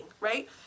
right